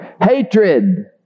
Hatred